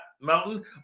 mountain